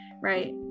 right